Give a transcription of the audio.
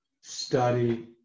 study